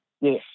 Yes